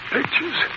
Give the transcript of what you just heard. Pictures